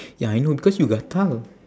ya I know because you gatal